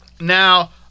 Now